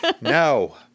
No